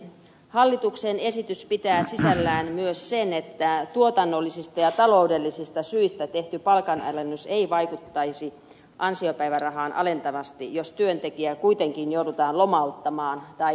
hallituksen esitys pitää sisällään myös sen että tuotannollisista ja taloudellisista syistä tehty palkanalennus ei vaikuttaisi ansiopäivärahaan alentavasti jos työntekijä kuitenkin joudutaan lomauttamaan tai irtisanomaan myöhemmin